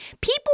People